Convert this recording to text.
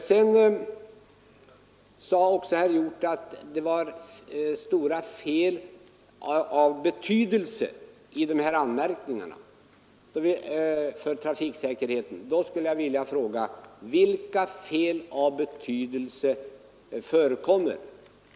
Sedan sade herr Hjorth att det förekommit anmärkningar om fel av betydelse för trafiksäkerheten. Jag skulle då vilja fråga: Vilka fel av betydelse förekommer?